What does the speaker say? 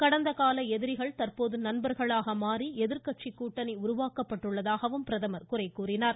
கடந்த கால எதிரிகள் தற்போது நண்பர்களாக மாறி எதிர்க்கட்சி கூட்டணி உருவாக்கப்பட்டுள்ளதாக குறை கூறினார்